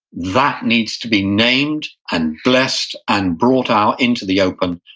that needs to be named and blessed and brought out into the open,